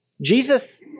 Jesus